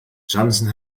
johnson